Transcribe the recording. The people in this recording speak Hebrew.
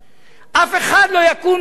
אף אחד לא יקום לשאול.